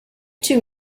two